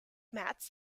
mats